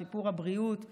שיפור הבריאות וכו',